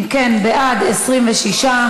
אם כן, בעד, 26,